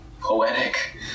poetic